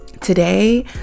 today